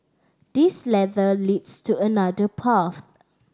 this ladder leads to another path